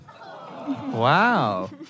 wow